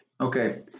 Okay